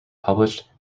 published